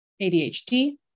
ADHD